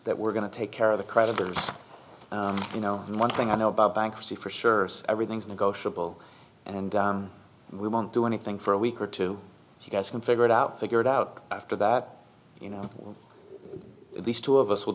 that we're going to take care the creditors you know one thing i know about bankruptcy for sure everything's negotiable and we won't do anything for a week or two if you guys can figure it out figure it out after that you know at least two of us will